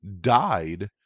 died